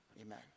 Amen